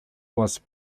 was